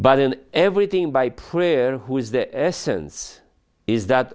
but in everything by prayer who is the essence is that